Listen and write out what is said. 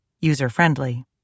user-friendly